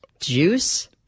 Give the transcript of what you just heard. juice